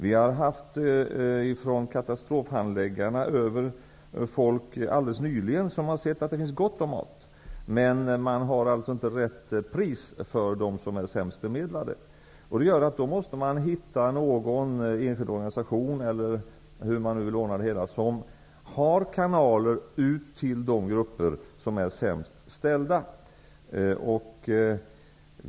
Katastrofhandläggare har nyligen varit över och sett att det finns gott om mat, men maten har inte rätt pris för dem som är sämst bemedlade. Då måste man hitta t.ex. en enskild organisation som har kanaler ut till de grupper som är sämst ställda.